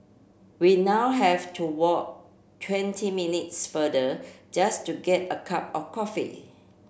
we now have to walk twenty minutes further just to get a cup of coffee